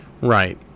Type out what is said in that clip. Right